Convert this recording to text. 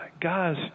guys